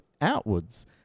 outwards